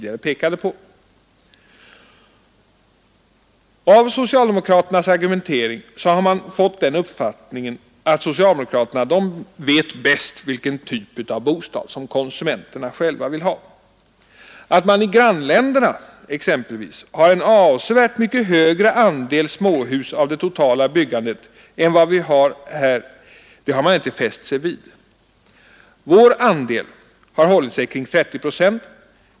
Av socialdemokraternas argumentering har man fått den uppfattningen att socialdemokraterna bäst vet vilken typ av bostad som konsumenterna vill ha. Att man exempelvis i grannländerna har en avsevärt mycket högre andel småhus av det totala byggandet än vad vi har här, det har man inte fäst sig vid. Vår andel har hållit sig kring 30 procent.